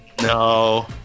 no